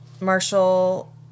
Marshall